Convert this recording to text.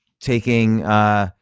taking